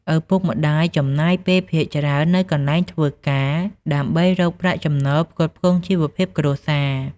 ឪពុកម្ដាយ ចំណាយពេលភាគច្រើននៅកន្លែងធ្វើការ ដើម្បីរកប្រាក់ចំណូលផ្គត់ផ្គង់ជីវភាពគ្រួសារ។